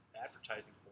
advertising